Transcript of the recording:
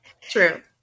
True